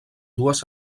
dues